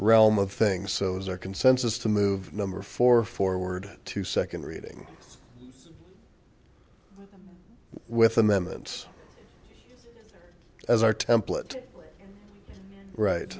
realm of things so is there consensus to move number four forward to second reading with amendments as our template right